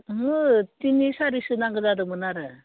ओहो थिनि सारिसो नांगौ जादोंमोन आरो